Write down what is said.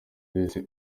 wese